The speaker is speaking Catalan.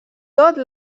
tot